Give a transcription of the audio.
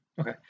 Okay